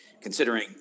considering